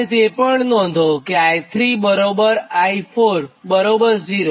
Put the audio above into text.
અને તે પણ નોંધો કે I3I40